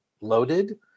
loaded